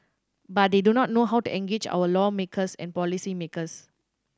but they do not know how to engage our lawmakers and policymakers